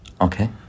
Okay